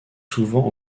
souvent